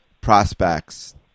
prospects